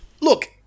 Look